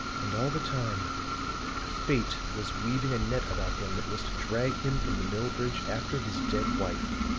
and all the time fate was weaving a net about him that was to drag him from the mill bridge after his dead wife.